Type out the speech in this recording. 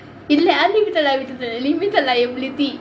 இல்லை:illai unlimited liability இல்லை:illai limited liability